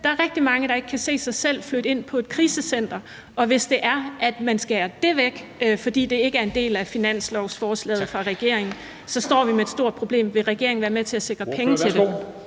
Der er rigtig mange, der ikke kan se sig selv flytte ind på et krisecenter, og hvis man skærer det væk, fordi det ikke er en del af finanslovsforslaget fra regeringen, så står vi med et stort problem. Vil regeringen være med til at sikre penge til det?